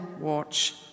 watch